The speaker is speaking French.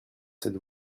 cette